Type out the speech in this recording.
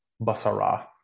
basara